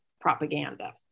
propaganda